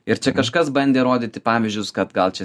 ir čia kažkas bandė rodyti pavyzdžius kad gal čia